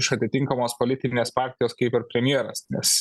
iš atinkamos politinės partijos kaip ir premjeras nes